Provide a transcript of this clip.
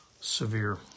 severe